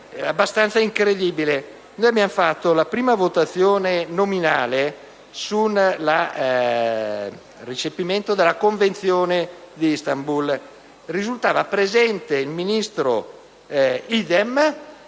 abbastanza incredibile. Abbiamo fatto la prima votazione nominale sul recepimento della Convenzione di Istanbul: il ministro Idem